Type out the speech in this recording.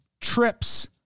trips